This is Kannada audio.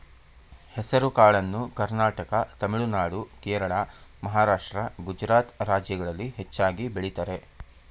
ಹೆಸರುಕಾಳನ್ನು ಕರ್ನಾಟಕ ತಮಿಳುನಾಡು, ಕೇರಳ, ಮಹಾರಾಷ್ಟ್ರ, ಗುಜರಾತ್ ರಾಜ್ಯಗಳಲ್ಲಿ ಹೆಚ್ಚಾಗಿ ಬೆಳಿತರೆ